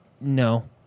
No